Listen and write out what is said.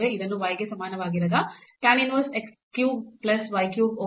ಇದನ್ನು y ಗೆ ಸಮಾನವಾಗಿರದ tan inverse x cube plus y cube over x minus y x ಎಂದು ನೀಡಲಾಗಿದೆ